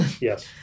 yes